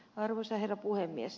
arvoisa herra puhemies